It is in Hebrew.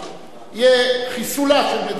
יהיה חיסולה של מדינת ישראל.